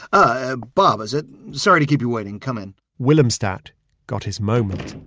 ah bob, is it? sorry to keep you waiting. come in. willemstad got his moment.